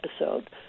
episode